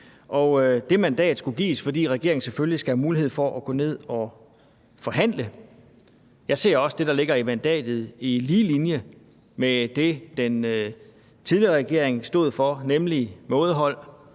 Og det mandat skulle gives, fordi regeringen selvfølgelig skal have mulighed for at tage ned og forhandle. Jeg ser også det, der ligger i mandatet, i lige linje med det, den tidligere regering stod for, nemlig mådehold,